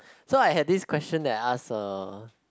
so I had this question that I asked uh